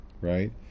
right